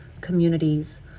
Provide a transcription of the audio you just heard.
communities